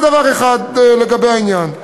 זה דבר אחד לגבי העניין.